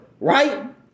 right